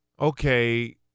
okay